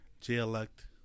J-Elect